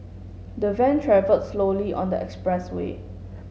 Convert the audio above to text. the van travelled slowly on the expressway